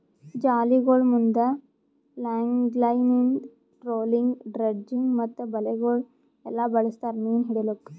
ಜಾಲಿಗೊಳ್ ಮುಂದ್ longlining, trolling, dredging ಮತ್ತ ಬಲೆಗೊಳ್ ಎಲ್ಲಾ ಬಳಸ್ತಾರ್ ಮೀನು ಹಿಡಿಲುಕ್